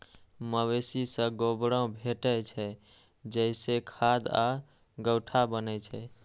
मवेशी सं गोबरो भेटै छै, जइसे खाद आ गोइठा बनै छै